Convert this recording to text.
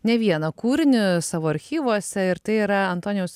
ne vieną kūrinį savo archyvuose ir tai yra antonijaus